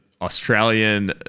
Australian